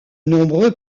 nombreux